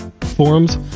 forums